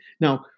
Now